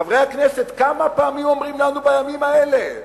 חברי הכנסת, כמה פעמים אומרים לנו בימים האלה,